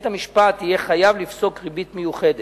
בית-המשפט יהיה חייב לפסוק ריבית מיוחדת.